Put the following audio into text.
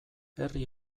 herri